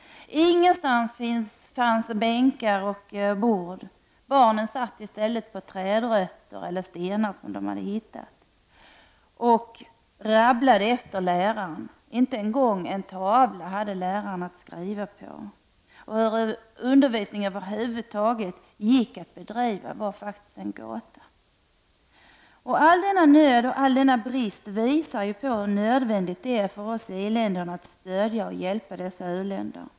Ingenstans fanns det bänkar och bord. Barnen satt i stället på trädrötter eller stenar och rabblade efter läraren. Och läraren hade inte ens en tavla att skriva på. Hur undervisning över huvud taget gick att bedriva var en gåta. All denna nöd och all denna brist visar hur nödvändigt det är för oss i iländerna att stödja och hjälpa dessa u-länder.